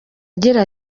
agira